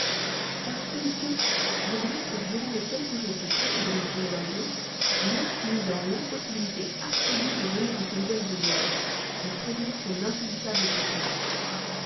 parce que monsieur je voudrais que durant les quelques jours qui précéderont son évasion mai fût mis dans l'impossibilité absolue de donner de ses nouvelles au dehors de prévenir son insaisissable complice